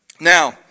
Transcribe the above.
now